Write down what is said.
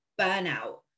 burnout